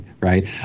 right